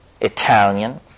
Italian